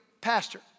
pastor